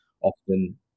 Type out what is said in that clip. often